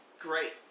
Great